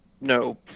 no